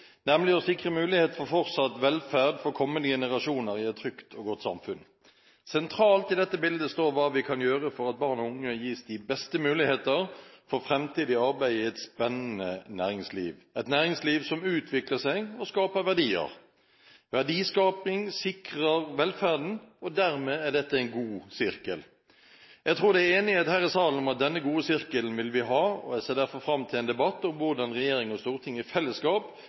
nemlig å sikre muligheten for fortsatt velferd for kommende generasjoner i et trygt og godt samfunn. Sentralt i dette bildet står hva vi kan gjøre for at barn og unge gis de beste muligheter for fremtidig arbeid i et spennende næringsliv, et næringsliv som utvikler seg og skaper verdier. Verdiskaping sikrer velferden, og dermed er dette en god sirkel. Jeg tror det er enighet her i salen om at denne gode sirkelen vil vi ha, og jeg ser derfor fram til en debatt om hvordan regjering og storting i fellesskap